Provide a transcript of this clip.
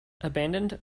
abandoned